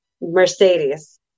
Mercedes